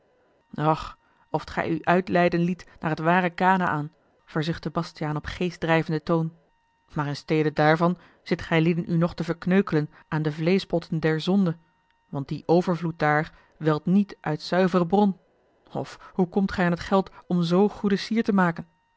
oft gij u uitleiden liet naar het ware kanaän verzuchtte bastiaan op geestdrijvenden toon maar in stede daarvan zit gijlieden u nog te verkneukelen aan de vleeschpotten der zonde want die overvloed daar welt niet uit zuivere bron of hoe komt gij aan t geld om zoo goede sier te maken